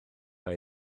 mae